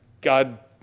God